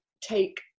take